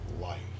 life